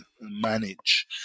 manage